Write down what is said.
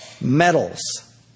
metals